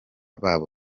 babo